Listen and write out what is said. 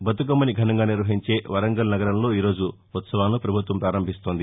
బతుకమ్మని ఘనంగా నిర్వహించే వరంగల్ నగరంలో ఈరోజు ఉత్సవాలను ప్రభుత్వం ప్రారంభిస్తోంది